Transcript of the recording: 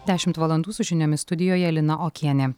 dešimt valandų su žiniomis studijoje lina okienė